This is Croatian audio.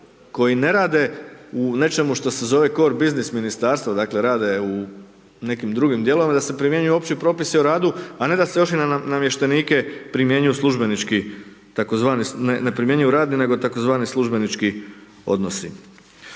koji ne rade u nečemu što se zove kor biznis Ministarstvo, dakle, rade u nekim drugim dijelovima, da se primjenjuju Opći propisi o radu, a ne da se još i na namještenike primjenjuju službenički tzv. ne primjenjuju radni, nego tzv. službenički odnosi.